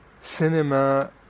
cinema